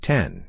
Ten